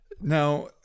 Now